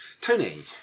Tony